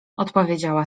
odpowiedziała